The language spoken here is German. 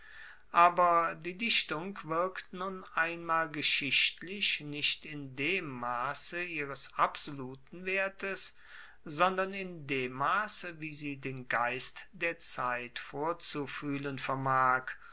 aber die dichtung wirkt nun einmal geschichtlich nicht in dem masse ihres absoluten wertes sondern in dem masse wie sie den geist der zeit vorzufuehlen vermag